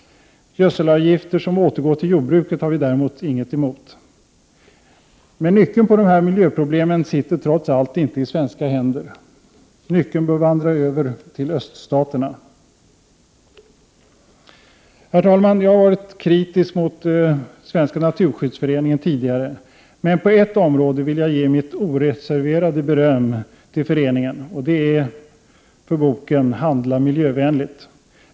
Gödselavgifter som återgår till jordbruket har vi däremot inget emot. Nyckeln till miljöproblemen sitter trots allt inte i svenska händer, utan den bör finnas bland Öststaterna. Herr talman! Jag har varit kritisk mot Svenska naturskyddsföreningen tidigare, men på ett område vill jag ge mitt oreserverade beröm till föreningen, och det är för boken Handla miljövänligt.